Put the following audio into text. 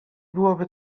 byłoby